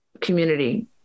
community